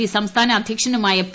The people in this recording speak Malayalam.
പി സംസ്ഥാന അദ്ധ്യക്ഷനുമായ പി